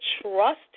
trust